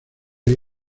ahí